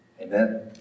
Amen